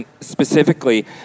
specifically